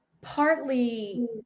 partly